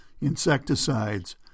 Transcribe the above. insecticides